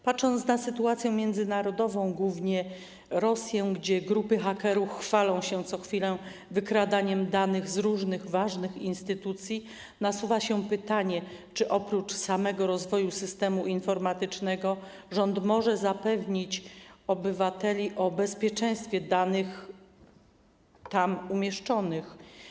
Patrząc na sytuację międzynarodową, głównie chodzi o Rosję, gdzie grupy hakerów chwalą się co chwilę wykradaniem danych z różnych ważnych instytucji, nasuwa się pytanie, czy oprócz samego rozwoju systemu informatycznego rząd może zapewnić obywateli o bezpieczeństwie danych tam umieszczonych.